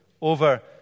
over